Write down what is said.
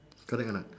correct or not